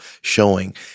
showing